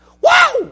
Wow